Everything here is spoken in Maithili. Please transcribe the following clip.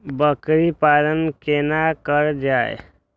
बकरी पालन केना कर जाय?